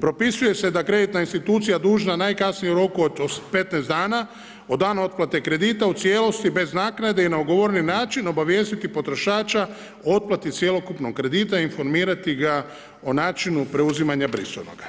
propisuje se da je kreditna institucija dužna najkasnije u roku od 15 dana od dana otplate kredita u cijelosti i bez naknade i na ugovoreni način obavijestiti potrošača o otplati cjelokupnog kredita, informirati ga o načinu preuzimanja brisovnoga.